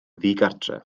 ddigartref